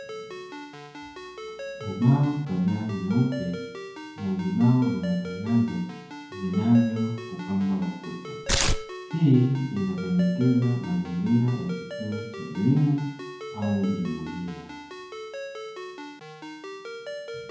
Ubao kadhaa nyeupe na vibao vya matangazo vinavyoupamba ukuta hii inapendekeza mazingira ya kituo cha elimu au jumuiya.